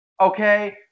okay